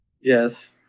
yes